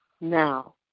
now